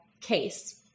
case